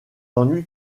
ennuis